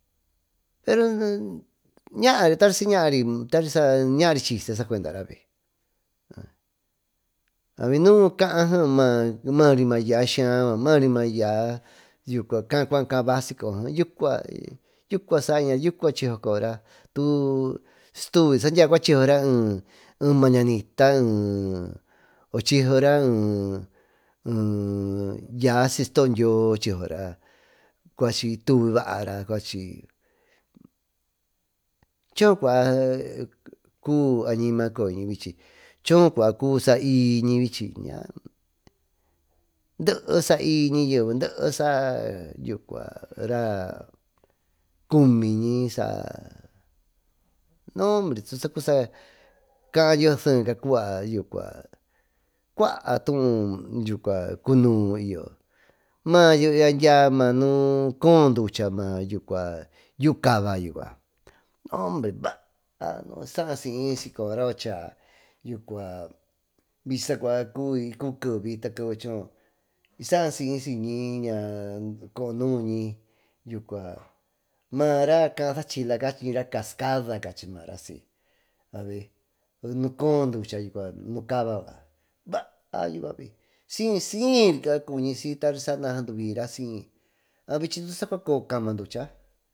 Pero naari tari sañari sacuendara tari saa ñaa chiste cuendara viayi maa kaa maa yaa skaa yucua maari mayaá kaa cua kaabi coyogeo yucua saaiñi gee yucua chiyso coyora tu siytuvi chisora mañanita eeochisora eeyaa siy stodyio chisora cuachi y tuvi baara cuachi choocua kuvi añima coyoñi vichi chocuva cubi saiñi vichi ydee saaiy ñayeve dee saa yucua saa cumiñi saa tusa cubi sa kaayo seeca cuba yucua cuaa tuú cunu y yo maayo iya dyiayo nuu koo ducha naayoo caba yucua baanu saa siy sicoyo raa cuachaa yucua vichi sacua y cubi kevi takeve choo ysaa siysi ñiña koo nuñi yucua mara kaa sachila cachira cascada kachi maara si avi ma nu koo ducha yucuavi si siyca cuñi sy tary sa saa duvira syi aa vichi saa cua coo cama ducha.